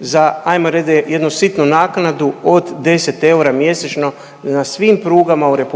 jednu sitnu naknadu od 10 eura mjesečno na svim prugama u RH